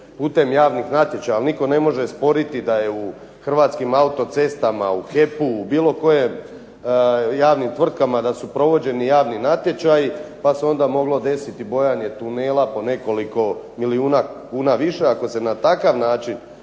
putem javnih natječaja, ali nitko ne može sporiti da je u Hrvatskim autocestama, u HEP-u, u bilo kojim javnim tvrtkama da su provođeni javni natječaji pa se onda moglo desiti bojanje tunela po nekoliko milijuna kuna više. Ako se na takav način